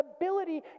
ability